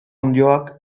onddoak